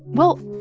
well,